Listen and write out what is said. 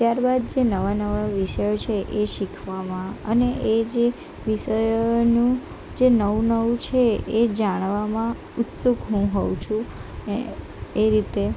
ત્યાર બાદ જે નવા નવા વિષયો છે એ શીખવામાં અને એજે વિષયોનું જે નવું નવું છે એ જાણવામાં ઉત્સુક હું હોઉ છું એ રીતે